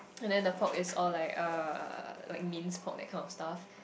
and then the pork is all like uh like minced pork that kind of stuff